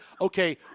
okay